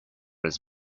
his